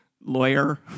Lawyer